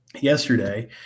Yesterday